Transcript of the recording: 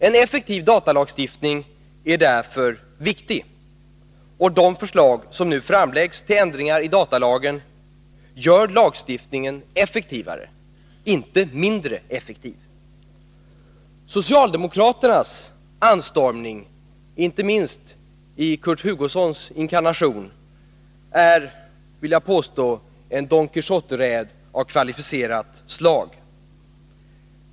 En effektiv datalagstiftning är därför viktig, och det förslag som nu framläggs till ändringar i datalagen gör lagstiftningen effektivare, inte mindre effektiv. Socialdemokraternas anstormning — inte minst i Kurt Hugossons inkarnation — är, vill jag påstå, en Don Quijote-räd av kvalificerat slag.